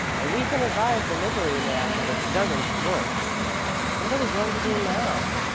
and we can advise the liveryman that it doesn't work. but what are we going to do now?